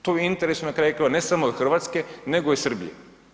To je u interesu, na kraju krajeva, ne samo Hrvatske, nego i Srbije.